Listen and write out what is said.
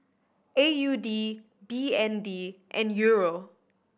A U D B N D and Euro